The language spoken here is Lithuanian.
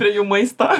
prie jų maisto